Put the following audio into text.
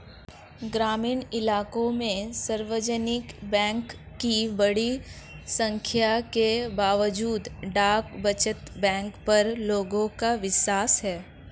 ग्रामीण इलाकों में सार्वजनिक बैंक की बड़ी संख्या के बावजूद डाक बचत बैंक पर लोगों का विश्वास है